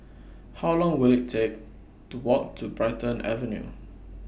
How Long Will IT Take to Walk to Brighton Avenue